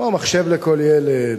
כמו מחשב לכל ילד,